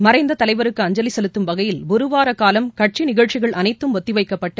மறைந்ததலைவருக்கு அஞ்சலிசெலுத்தும் வகையில் ஒருவாரகாவம் கட்சிநிகழ்ச்சிகள் அனைத்தும் ஒத்திவைக்கப்பட்டு